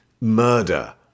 Murder